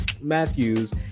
Matthews